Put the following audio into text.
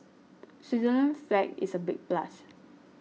Switzerland's flag is a big plus